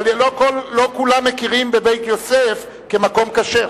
אבל לא כולם מכירים ב"בית יוסף" ככשר.